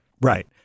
Right